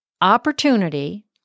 opportunity